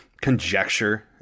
conjecture